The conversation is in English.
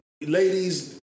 ladies